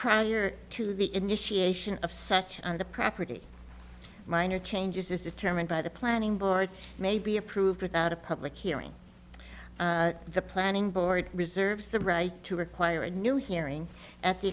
prior to the initiation of such a property minor changes is determined by the planning board may be approved without a public hearing the planning board reserves the right to require a new hearing at the